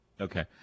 Okay